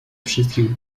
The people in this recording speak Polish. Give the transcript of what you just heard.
wszystkich